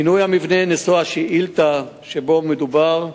פינוי המבנה נשוא השאילתא שבו מדובר,